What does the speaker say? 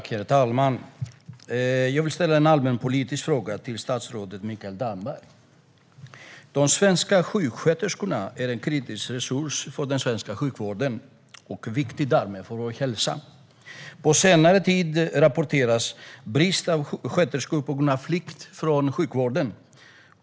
Herr talman! Jag vill ställa en allmänpolitisk fråga till statsrådet Mikael Damberg. De svenska sjuksköterskorna är en kritisk resurs för den svenska sjukvården, och de är viktiga för vår hälsa. På senare tid har det rapporterats om brist på sköterskor på grund av flykt från sjukvården.